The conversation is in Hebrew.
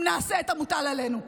אם נעשה את המוטל עלינו.